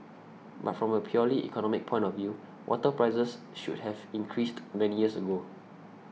but from a purely economic point of view water prices should have increased many years ago